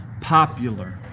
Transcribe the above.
popular